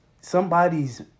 somebody's